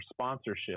sponsorship